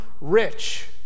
rich